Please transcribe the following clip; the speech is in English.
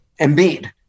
Embiid